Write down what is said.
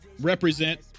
represent